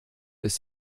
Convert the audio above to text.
ist